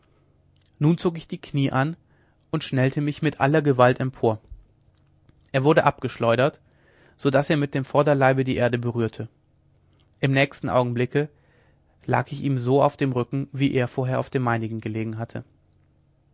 nun zog ich die knie an und schnellte mich mit aller gewalt empor er wurde abgeschleudert so daß er mit dem vorderleibe die erde berührte im nächsten augenblicke lag ich ihm so auf dem rücken wie er vorher auf dem meinigen gelegen hatte